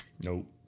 Nope